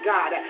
God